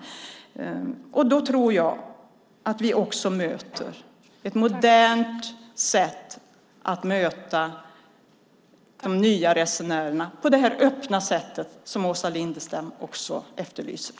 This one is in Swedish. Jag tror att vi därmed på ett modernt sätt möter de nya resenärerna just så öppet som Åsa Lindestam efterlyser.